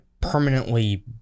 permanently